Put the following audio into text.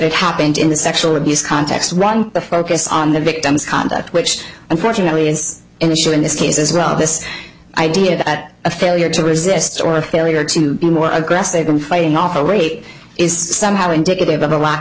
that happened in the sexual abuse context wrong to focus on the victims conduct which unfortunately is an issue in this case as well this idea that a failure to resist or a failure to be more aggressive in fighting off a rate is somehow indicative of a lack